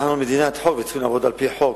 אנחנו מדינת חוק וצריכים לעבוד על-פי חוק,